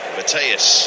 Mateus